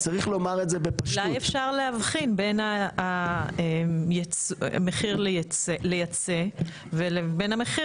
אולי אפשר להבחין בין המחיר לייצא לבין המחיר